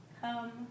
come